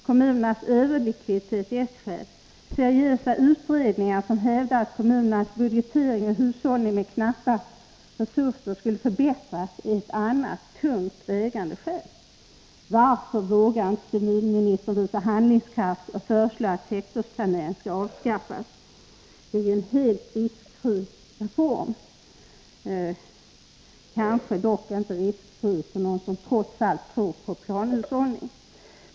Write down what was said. Kommunernas överlikviditet är ett skäl. Seriösa utredningar hävdar att kommunernas budgetering och hushållning med knappa resurser skulle förbättras, vilket är ett annat tungt vägande skäl. Varför vågar inte civilministern visa handlingskraft och föreslå att sektorsplaneringen skall avskaffas? Det är ju en helt riskfri reform — kanske dock inte riskfri för dem som trots allt tror på planhushållning.